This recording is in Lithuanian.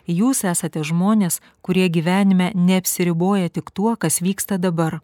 jūs esate žmonės kurie gyvenime neapsiriboja tik tuo kas vyksta dabar